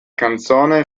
canzone